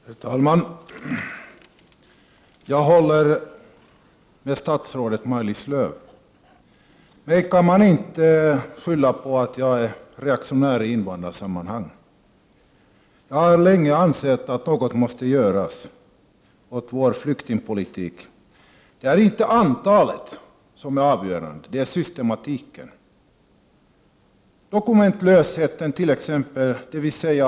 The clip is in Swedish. Herr talman! Jag håller med statsrådet Maj-Lis Lööw. Mig kan man inte beskylla för att vara reaktionär i invandrarsammanhang. Jag har länge ansett att något måste göras åt vår flyktingpolitik. Det är inte antalet flyktingar som är avgörande, utan det är systematiken. Ta dokumentlösheten som exempel.